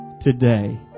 today